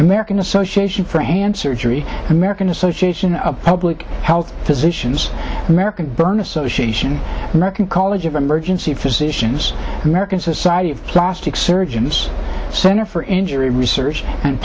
american association for hand surgery american association of public health physicians american burn association american college of emergency physicians american society of plastic surgeons center for injury research and